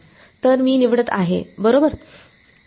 तर मी निवडत आहे बरोबर